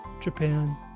Japan